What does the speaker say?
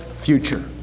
future